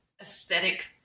aesthetic